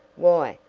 why,